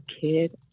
kid